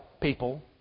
people